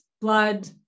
blood